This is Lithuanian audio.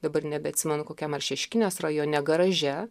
dabar nebeatsimenu kokiam ar šeškinės rajone garaže